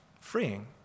Freeing